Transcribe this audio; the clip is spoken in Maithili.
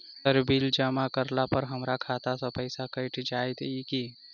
सर बिल जमा करला पर हमरा खाता सऽ पैसा कैट जाइत ई की?